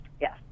Yes